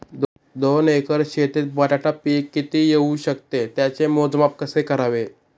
दोन एकर शेतीत बटाटा पीक किती येवू शकते? त्याचे मोजमाप कसे करावे?